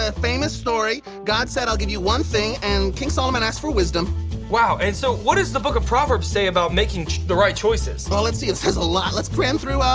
ah famous story. god said, i'll give you one thing, and king solomon asked for wisdom wow. and so, what does the book of proverbs say about making the right choices? well, let's see. it says a lot. let's cram through.